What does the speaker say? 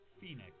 Phoenix